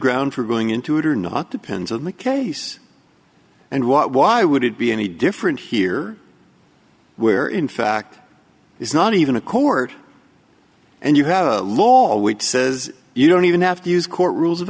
ground for going into it or not depends on the case and what why would it be any different here where in fact it's not even a court and you have a law which says you don't even have to use court rules of